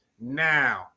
now